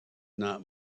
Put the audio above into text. not